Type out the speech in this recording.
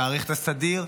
תאריך את הסדיר,